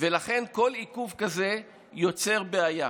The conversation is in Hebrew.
כל עיכוב כזה יוצר בעיה.